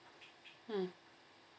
mm